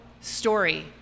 Story